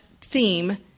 theme